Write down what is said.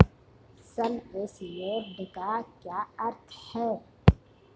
सम assured का क्या अर्थ है?